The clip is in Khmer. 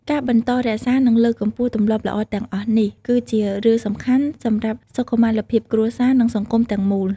ការបន្តរក្សា និងលើកកម្ពស់ទម្លាប់ល្អទាំងអស់នេះ គឺជារឿងសំខាន់សម្រាប់សុខុមាលភាពគ្រួសារ និងសង្គមទាំងមូល។